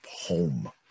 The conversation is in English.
home